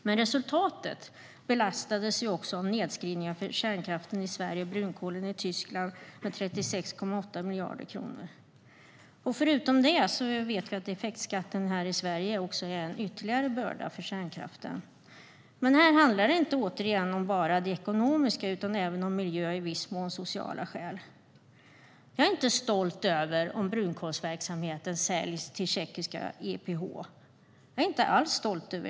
Men resultatet belastades också av nedskrivningar för kärnkraften i Sverige och brunkolen i Tyskland med 36,8 miljarder kronor. Förutom detta vet vi att effektskatten här i Sverige är ytterligare en börda för kärnkraften. Men här handlar det återigen inte bara om det ekonomiska utan även om miljöskäl och i viss mån sociala skäl. Jag blir inte alls stolt över en försäljning av brunkolsverksamheten till tjeckiska EPH.